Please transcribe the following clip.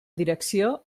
direcció